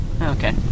okay